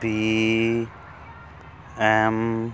B M